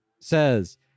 says